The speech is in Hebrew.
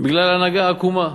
בגלל הנהגה עקומה,